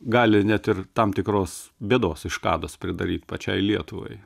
gali net ir tam tikros bėdos iškados pridaryt pačiai lietuvai